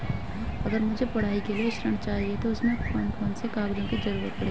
अगर मुझे पढ़ाई के लिए ऋण चाहिए तो उसमें कौन कौन से कागजों की जरूरत पड़ेगी?